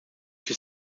she